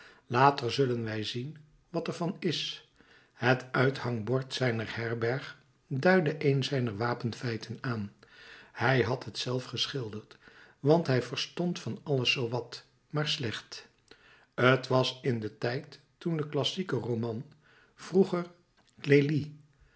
later zullen wij zien wat er van is het uithangbord zijner herberg duidde een zijner wapenfeiten aan hij had het zelf geschilderd want hij verstond van alles zoo wat maar slecht t was in den tijd toen de classieke roman vroeger clélie